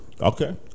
Okay